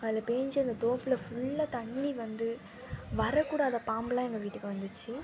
அதில் பேய்ஞ்சி அந்த தோப்பில் ஃபுல்லாக தண்ணி வந்து வரக்கூடாத பாம்புலாம் எங்கள் வீட்டுக்கு வந்துச்சு